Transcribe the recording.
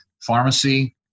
pharmacy